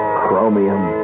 chromium